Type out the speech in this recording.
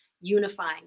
unifying